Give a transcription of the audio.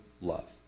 love